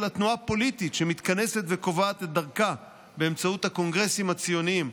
אלא תנועה פוליטית שמתכנסת וקובעת את דרכה באמצעות הקונגרסים הציוניים.